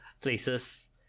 places